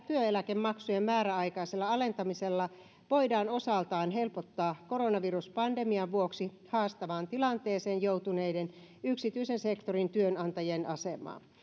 työeläkemaksujen määräaikaisella alentamisella voidaan osaltaan helpottaa koronaviruspandemian vuoksi haastavaan tilanteeseen joutuneiden yksityisen sektorin työnantajien asemaa